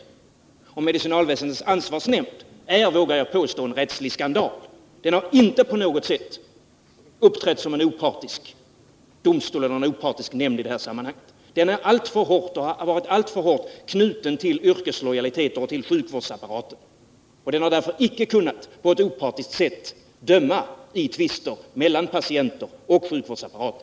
Jag vågar påstå att medicinalväsendets ansvarsnämnd är en rättslig skandal. Den har inte på något sätt uppträtt som en opartisk domstol eller nämnd i detta sammanhang. Den har varit alltför hårt knuten till yrkeslojaliteter och till sjukvårdsapparaten. Den har därför icke på ett opartiskt sätt kunnat döma i tvister mellan patienter och sjukvårdsapparaten.